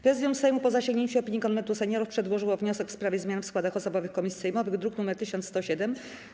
Prezydium Sejmu, po zasięgnięciu opinii Konwentu Seniorów, przedłożyło wniosek w sprawie zmian w składach osobowych komisji sejmowych, druk nr 1107.